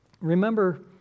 remember